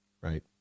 Right